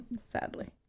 sadly